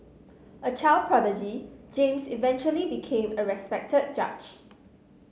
a child prodigy James eventually became a respected judge